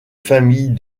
famille